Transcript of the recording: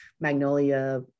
Magnolia